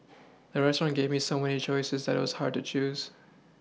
the restaurant gave me so many choices that it was hard to choose